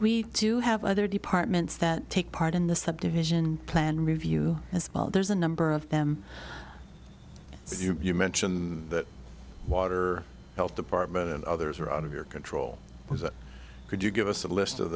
we do have other departments that take part in the subdivision plan review and there's a number of them you mentioned that water health department and others are out of your control was that could you give us a list of